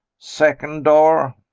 second door.